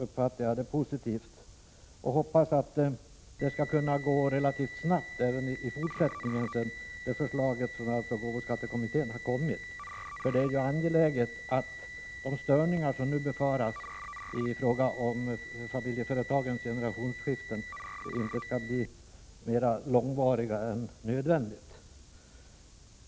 Jag hoppas att ärendet skall få en snabb behandling när förslag från arvsoch gåvoskattekommittén har kommit. Det är angeläget att de störningar som nu befaras i fråga om familjeföretagens generationsskiften inte skall bli mera långvariga än nödvändigt.